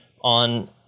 on